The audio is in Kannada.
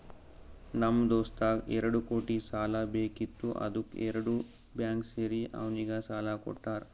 ನಮ್ ದೋಸ್ತಗ್ ಎರಡು ಕೋಟಿ ಸಾಲಾ ಬೇಕಿತ್ತು ಅದ್ದುಕ್ ಎರಡು ಬ್ಯಾಂಕ್ ಸೇರಿ ಅವ್ನಿಗ ಸಾಲಾ ಕೊಟ್ಟಾರ್